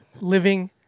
living